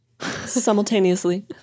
Simultaneously